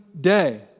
day